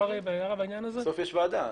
בסוף יש ועדה.